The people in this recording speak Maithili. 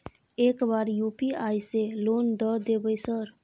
एक बार यु.पी.आई से लोन द देवे सर?